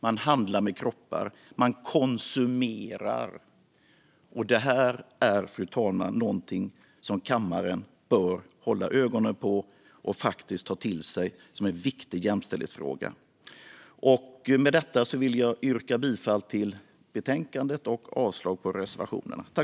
Man handlar med kroppar. Man konsumerar. Detta, fru talman, är någonting som kammaren bör hålla ögonen på och faktiskt ta till sig som en viktig jämställdhetsfråga. Med detta vill jag yrka bifall till förslaget i betänkandet och avslag på reservationerna.